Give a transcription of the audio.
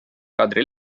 kadri